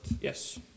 Yes